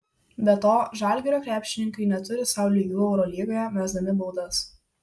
be to žalgirio krepšininkai neturi sau lygių eurolygoje mesdami baudas